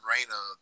Raina